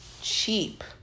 cheap